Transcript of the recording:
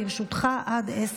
ברשות יושבת-ראש